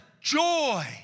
joy